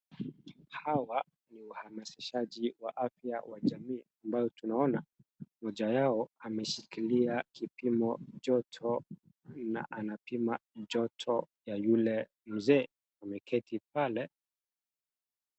Hawa ni wahamasishaji wa afya wa jamii ambayo tunaona moja yao ameshikilia kipima joto na anapima joto ya yule mzee ameketi pale.